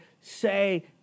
say